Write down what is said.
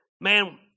man